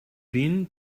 been